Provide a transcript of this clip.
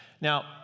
Now